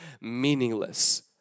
meaningless